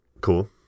Cool